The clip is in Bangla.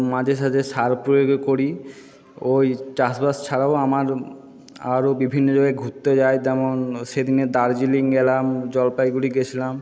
মাঝে সাঝে সার প্রয়োগও করি ওই চাষবাস ছাড়াও আমার আরো বিভিন্ন জায়গায় ঘুরতে যায় যেমন সেদিনে দার্জিলিং গেলাম জলপাইগুড়ি গেছলাম